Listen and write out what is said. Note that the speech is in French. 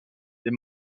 est